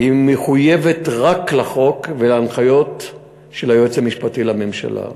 היא מחויבת רק לחוק ולהנחיות של היועץ המשפטי לממשלה.